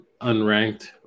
unranked